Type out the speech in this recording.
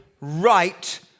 right